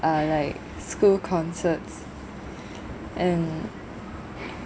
are like school concerts and